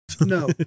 No